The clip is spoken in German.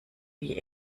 wie